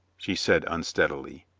she said unsteadily.